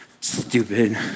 Stupid